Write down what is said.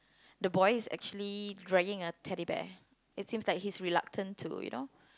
the boy is actually dragging a Teddy Bear it seems like he is reluctant to you know